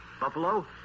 Buffalo